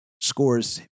scores